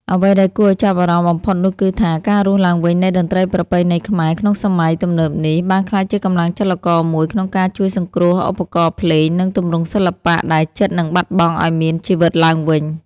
អ្វីដែលគួរឱ្យចាប់អារម្មណ៍បំផុតនោះគឺថា ការរស់ឡើងវិញនៃតន្ត្រីប្រពៃណីខ្មែរក្នុងសម័យទំនើបនេះ បានក្លាយជាកម្លាំងចលករមួយក្នុងការជួយសង្គ្រោះឧបករណ៍ភ្លេង និងទម្រង់សិល្បៈដែលជិតនឹងបាត់បង់ឱ្យមានជីវិតឡើងវិញ។